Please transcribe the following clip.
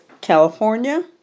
California